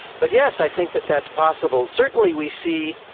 but yes, i think that that's possible. certainly we see,